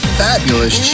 fabulous